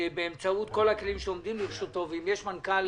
באמצעות כל הכלים שעומדים לרשותו ואם יש מנכ"ל